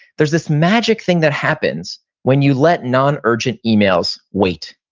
there's this magic thing that happens when you let non-urgent emails wait.